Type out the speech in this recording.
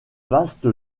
vaste